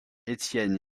étienne